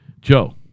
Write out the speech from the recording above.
Joe